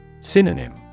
Synonym